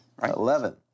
Eleven